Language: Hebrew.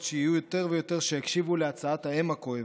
שיהיו יותר ויותר שיקשיבו להצעת האם הכואבת,